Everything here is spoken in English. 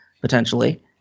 potentially